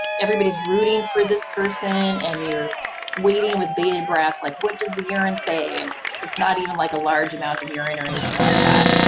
everybody's rooting for this person and you're waiting with bated breath like, what does the urine say and it's not even like a large amount of urine or anything like that.